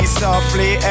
softly